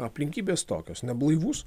aplinkybės tokios neblaivus